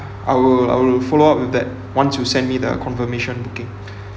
I'll I'll follow up with that once you send me the confirmation booking